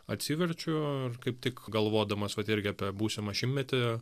atsiverčiu ir kaip tik galvodamas vat irgi apie būsimą šimtmetį